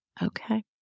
Okay